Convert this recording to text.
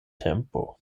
tempo